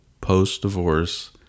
post-divorce